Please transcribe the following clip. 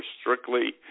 strictly